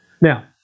Now